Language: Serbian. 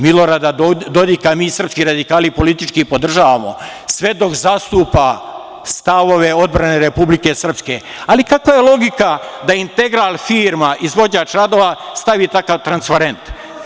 Milorada Dodika mi srpski radikali politički podržavamo, sve dok zastupa stavove odbrane Republike Srpske, ali kakva je logika da „Integral“ firma, izvođač radova, stavi takav transparent?